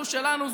זו שלנו,